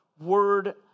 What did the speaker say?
word